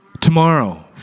Tomorrow